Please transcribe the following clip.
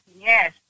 yes